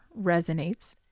resonates